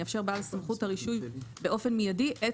יאפשר בעל סמכות הרישוי באופן מיידי את